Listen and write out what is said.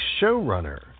showrunner